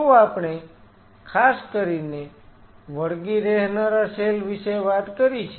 તો આપણે ખાસ કરીને વળગી રહેનારા સેલ વિશે વાત કરી છે